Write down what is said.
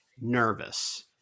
nervous